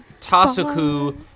Tasuku